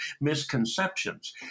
misconceptions